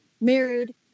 married